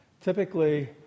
Typically